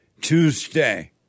Tuesday